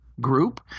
group